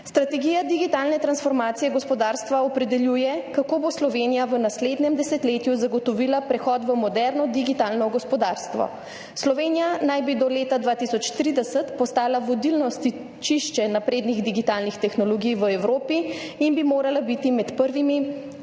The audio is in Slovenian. Strategija digitalne transformacije gospodarstva opredeljuje, kako bo Slovenija v naslednjem desetletju zagotovila prehod v moderno digitalno gospodarstvo. Slovenija naj bi do leta 2030 postala vodilno stičišče naprednih digitalnih tehnologij v Evropi in bi morala biti med prvimi tremi